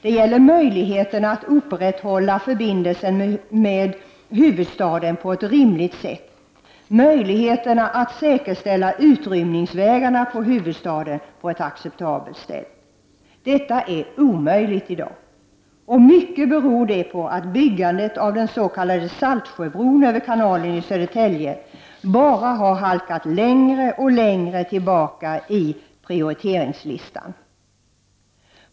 Det gäller möjligheterna att upprätthålla förbindelsen med huvudstaden på ett rimligt sätt och möjligheterna att säkerställa utrymningsvägarna från huvudstaden på ett acceptabelt sätt. Detta är i dag omöjligt. I mycket beror det på att byggandet av den s.k. Saltsjöbron över kanalen i Södertälje bara halkat längre och längre tillbaka i prioriteringslistan.